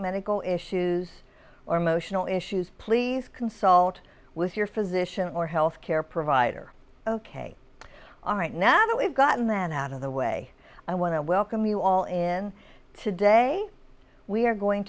medical issues or emotional issues please consult with your physician or health care provider ok all right now that we've gotten that out of the way i want to welcome you all in today we're going